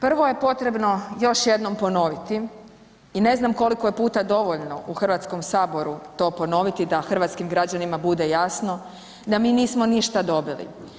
Prvo je potrebno još jednom ponoviti i ne znam koliko je puta dovoljno u HS-u to ponoviti da hrvatskim građanima bude jasno da mi nismo ništa dobili.